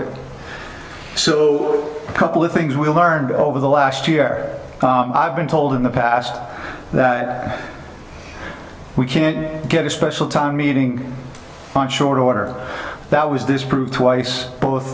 it so a couple of things we learned over the last year i've been told in the past that we can't get a special town meeting on short order that was this group twice both